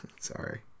sorry